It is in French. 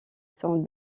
sont